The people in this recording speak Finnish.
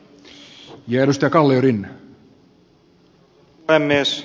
arvoisa puhemies